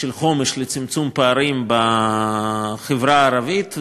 תוכנית חומש, לצמצום פערים בחברה הערבית.